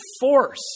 force